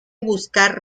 buscar